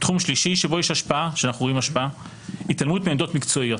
תחום שלישי שאנו רואים השפעה - התעלמות מעמדות מקצועיות,